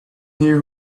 here